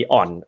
on